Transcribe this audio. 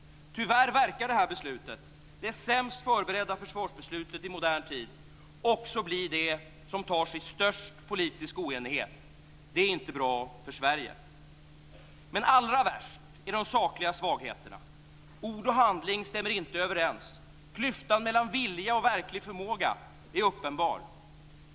Tyvärr verkar detta beslut - det sämst förberedda försvarsbeslutet i modern tid - också bli det som tas i störst politisk oenighet. Det är inte bra för Sverige. Men allra värst är de sakliga svagheterna. Ord och handling stämmer inte överens. Klyftan mellan vilja och verklig förmåga är uppenbar.